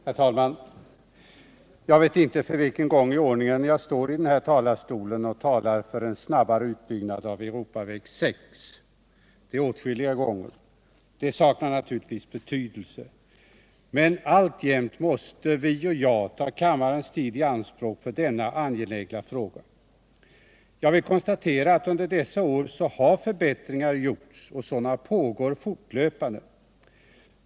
Herr talman! Jag vet inte för vilken gång i ordningen jag står i denna talarstol och talar för en snabbare utbyggnad av Europaväg 6. Det är åtskilliga gånger. Men alltjämt måste vi ta kammarens tid i anspråk för denna angelägna fråga. Jag vill konstatera att under dessa år har förbättringar gjorts på E 6 och sådana pågår fortlöpande.